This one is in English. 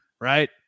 right